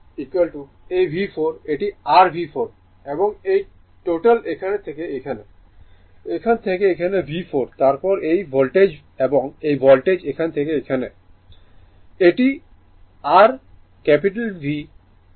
সুতরাং এটি r V এই V4 এটি r V4 এবং এই মোট এখান থেকে এখানে এখান থেকে এখানে V4 তারপর এই ভোল্টেজ এবং এই ভোল্টেজ এখান থেকে এখানে এটি r V r V1V2 V3